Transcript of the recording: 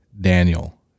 Daniel